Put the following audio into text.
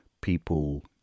people